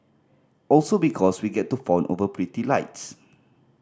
also because we get to fawn over pretty lights